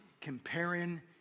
comparing